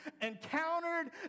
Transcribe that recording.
encountered